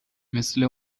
مثل